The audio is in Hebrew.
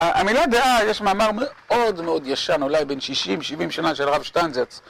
אני לא יודע, יש מאמר מאוד מאוד ישן, אולי בין 60-70 שנה של הרב שטיינזלץ.